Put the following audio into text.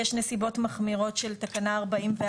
יש נסיבות מחמירות של תקנה 44,